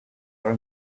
are